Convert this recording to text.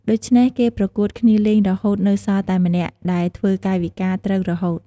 ដូច្នេះ គេប្រកួតគ្នាលេង រហូតនៅសល់តែម្នាក់ ដែលធ្វើកាយវិការត្រូវរហូត។